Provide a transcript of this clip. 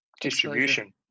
distribution